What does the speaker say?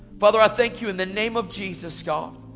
father, i thank you in the name of jesus, god,